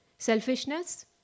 selfishness